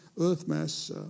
Earth-mass